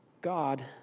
God